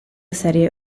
serie